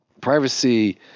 privacy